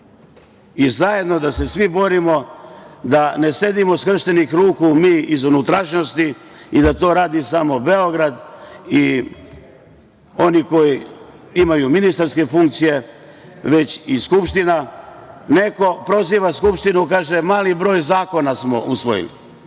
i zajedno da se svi borimo, da ne sedimo skrštenih ruku mi iz unutrašnjosti i da to radi samo Beograd i oni koji imaju ministarske funkcije, već i Skupština. Neko proziva Skupštinu, kaže - mali broj zakona smo usvojili.